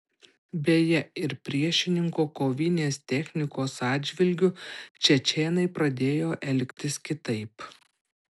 beje ir priešininko kovinės technikos atžvilgiu čečėnai pradėjo elgtis kitaip